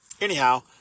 Anyhow